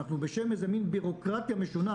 אנחנו בשם איזה בירוקרטיה משונה